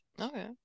Okay